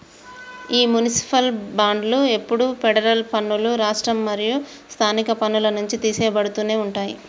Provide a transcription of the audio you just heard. ఈ మునిసిపాల్ బాండ్లు ఎప్పుడు ఫెడరల్ పన్నులు, రాష్ట్ర మరియు స్థానిక పన్నుల నుంచి తీసెయ్యబడుతునే ఉంటాయి